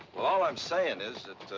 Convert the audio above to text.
but all i'm saying is,